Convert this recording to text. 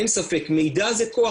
אין ספק שמידע זה כוח,